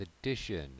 Edition